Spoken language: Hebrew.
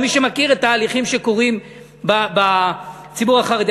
מי שמכיר תהליכים שקורים בציבור החרדי.